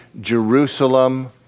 Jerusalem